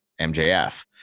MJF